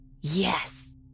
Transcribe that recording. Yes